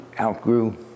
outgrew